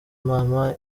mama